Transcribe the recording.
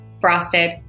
frosted